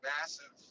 massive